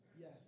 Yes